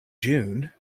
june